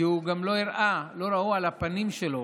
כי הוא גם לא הראה, לא ראו על הפנים שלו